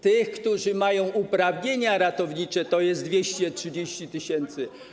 Tych, którzy mają uprawnienia ratownicze, jest 230 tys.